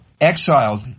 exiled